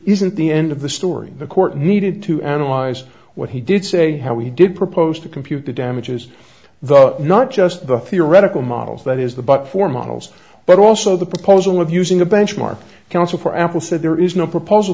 isn't the end of the story the court needed to analyze what he did say how he did propose to compute the damages though not just the theoretical models that is the but for models but also the proposal of using a benchmark counsel for apple so there is no proposal